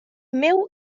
meu